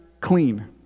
clean